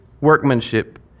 workmanship